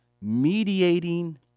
mediating